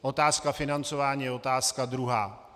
Otázka financování je otázka druhá.